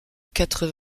quatre